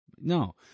No